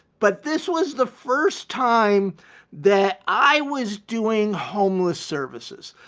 but this was the first time that i was doing homeless services,